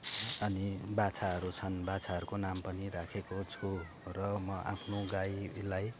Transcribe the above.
अनि बाछाहरू छन् बाछाहरूको नाम पनि राखेको छु र म आफ्नो गाईलाई